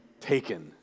taken